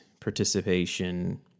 participation